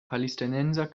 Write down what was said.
palästinenser